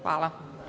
Hvala.